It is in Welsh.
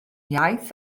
iaith